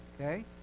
okay